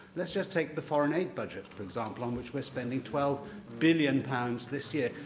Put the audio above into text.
letis just take the foreign aid budget, for example, on which weire spending twelve billion pounds this year.